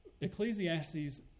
Ecclesiastes